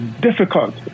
difficult